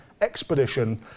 expedition